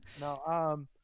No